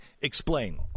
Explain